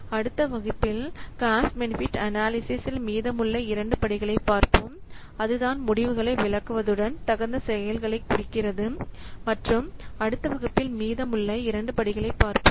அடுத்த வகுப்பில் cost benefit அனாலிசிஸின் மீதமுள்ள இரண்டு படிகளைப் பார்ப்போம் அதுதான் முடிவுகளை விளக்குவதுடன் தகுந்த செயல்களை குறிக்கிறது மற்றும் அடுத்த வகுப்பில் மீதமுள்ள இரண்டு படிகளைப் பார்ப்போம்